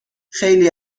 خیلی